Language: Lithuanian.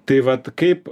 tai vat kaip